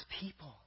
people